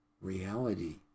reality